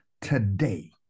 Today